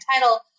title